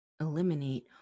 eliminate